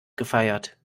gefeiert